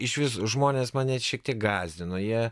išvis žmonės mane net šiek tiek gąsdino jie